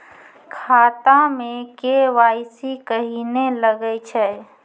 खाता मे के.वाई.सी कहिने लगय छै?